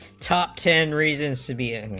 top ten reasons to be in